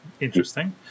interesting